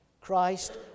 Christ